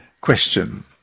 Question